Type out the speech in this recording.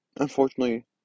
Unfortunately